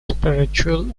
spiritual